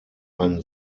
einen